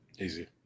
easy